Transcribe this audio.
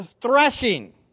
threshing